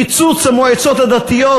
קיצוץ המועצות הדתיות,